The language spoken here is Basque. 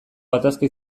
gatazka